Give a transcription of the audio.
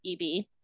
EB